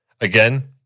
Again